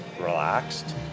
relaxed